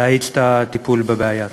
להאיץ את הטיפול בבעיה.